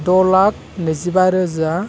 द लाख नैजिबा रोजा